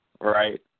right